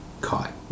caught